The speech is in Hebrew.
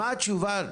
מה התשובה?